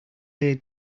lay